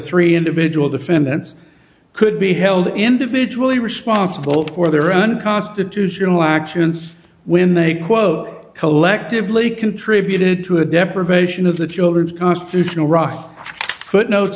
three individual defendants could be held individually responsible for their unconstitutional actions when they quote collectively contributed to a deprivation of the children's constitutional ro